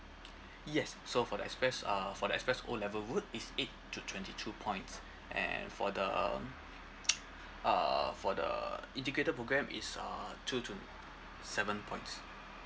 yes so for the express uh for the express O level root is eight to twenty two points and for the uh for the integrated program is uh two to seven points